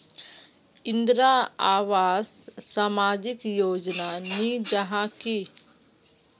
इंदरावास सामाजिक योजना नी जाहा की?